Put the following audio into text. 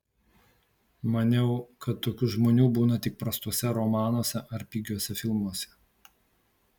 maniau kad tokių žmonių būna tik prastuose romanuose ar pigiuose filmuose